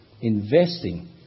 investing